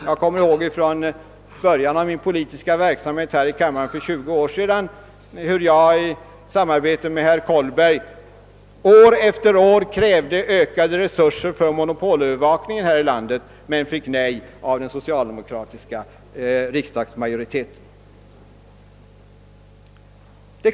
Jag kommer ihåg från början av min politiska verksamhet här i kammaren för 20 år sedan hur jag i samarbete med herr Koliberg år efter år krävde ökade resurser för monopolövervakning i vårt land men fick nej av den socialdemokratiska riksdagsmajoriteten.